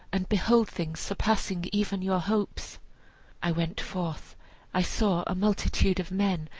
and behold things surpassing even your hopes i went forth i saw a multitude of men,